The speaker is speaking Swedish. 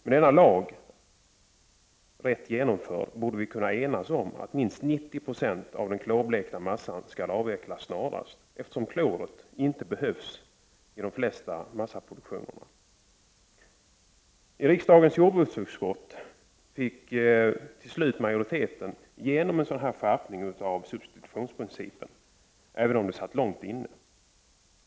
Med denna lag, rätt genomförd, borde vi kunna enas om att minst 90 70 av produktionen av klorblekt massa skall avvecklas snarast, då klor inte behövs i de flesta massaproduktionerna. I riksdagens jordbruksutskott fick majoriteten till slut igenom en sådan skärpning av substitutionsprincipen, även om det satt långt inne.